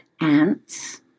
ants